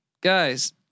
guys